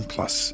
Plus